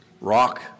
rock